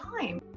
time